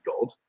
God